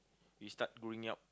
we start growing up